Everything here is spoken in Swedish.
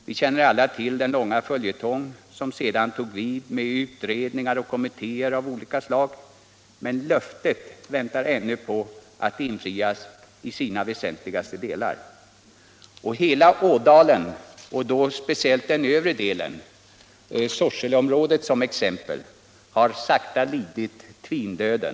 Vi känner alla till den långa följetong som sedan tog vid med utredningar och kommittéer av olika slag, men löftet väntar ännu på att infrias i alla väsentliga delar. Hela ådalen — speciellt den övre delen, t.ex. Sorseleområdet — har sakta lidit tvindöden.